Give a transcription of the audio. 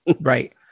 right